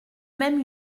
même